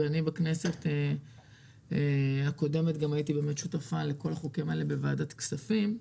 ואני בכנסת הקודמת הייתי שותפה לכל החוקים האלה בוועדת כספים.